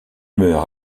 meurt